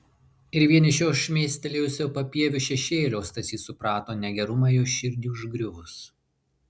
ir vien iš jos šmėstelėjusio papieviu šešėlio stasys suprato negerumą jos širdį užgriuvus